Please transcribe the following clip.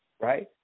right